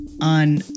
on